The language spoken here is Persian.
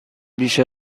بیش